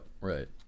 right